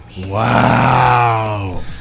Wow